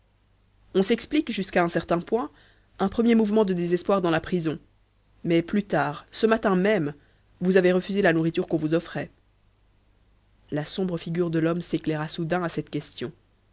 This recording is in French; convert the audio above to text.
on s'explique jusqu'à un certain point un premier mouvement de désespoir dans la prison mais plus tard ce matin même vous avez refusé la nourriture qu'on vous offrait la sombre figure de l'homme s'éclaira soudain à cette question